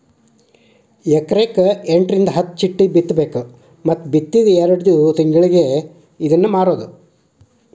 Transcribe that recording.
ಎಕರೆಕ ಎಂಟರಿಂದ ಹತ್ತ ಚಿಟ್ಟಿ ಬಿತ್ತಬೇಕ ಮತ್ತ ಬಿತ್ತಿದ ಎರ್ಡ್ ತಿಂಗಳಿಗೆ ಇದ್ನಾ ಮಾರುದು